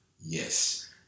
Yes